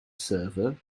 server